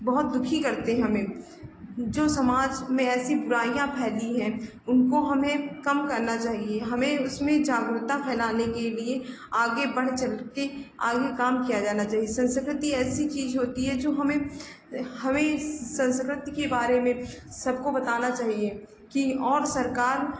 बहुत दुखी करते हैं हमें जो समाज में ऐसी बुराइयाँ फैली हैं उनको हमें कम करना चाहिए हमें उसमें जागरूकता फैलाने के लिए आगे बढ़ चढ़कर आगे काम किया जाना चाहिए सँस्कृति ऐसी चीज़ होती है जो हमें हमें इस सँस्कृति के बारे में सबको बताना चाहिए कि और सरकार